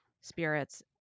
spirits